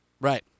Right